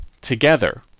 together